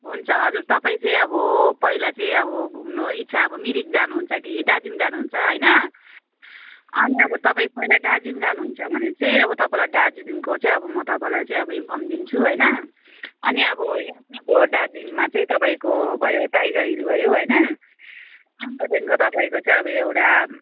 हुन्छ हजुर तपाईँ चाहिँ अब पहिला चाहिँ अब घुम्नु इच्छा अब मिरिक जानुहुन्छ कि दार्जिलिङ जानुहुन्छ होइन अनि अब तपाईँ पहिला दार्जिलिङ जानुहुन्छ भने चाहिँ अब तपाईँलाई दार्जिलिङको चाहिँ अब म तपाईँलाई चाहिँ अब इन्फर्म दिन्छु होइन अनि अब यहाँ चाहिँ अब दार्जिलिङमा चाहिँ तपाईँको भयो टाइगर हिल भयो होइन अन्त त्यहाँदेखिको तपाईँको चाहिँ अब एउटा